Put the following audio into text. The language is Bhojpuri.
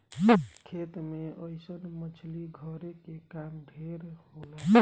खेत मे अइसन मछली धरे के काम ढेर होला